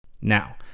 Now